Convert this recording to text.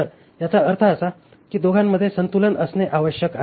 तर याचा अर्थ असा आहे की दोघांमध्ये संतुलन असणे आवश्यक आहे